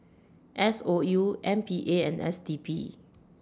S O U M P A and S D P